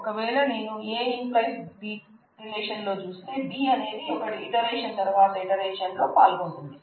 ఒక వేళ నేను A→B రిలేషన్లో చూస్తే B అనేది ఒక ఇటరేషన్ తర్వాత ఇటరేషన్లో పాల్గొంటుంది